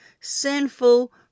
sinful